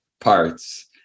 parts